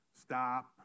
stop